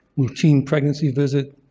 routine pregnancy visits,